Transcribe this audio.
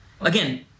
again